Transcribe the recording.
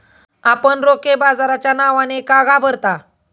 आपण रोखे बाजाराच्या नावाने का घाबरता?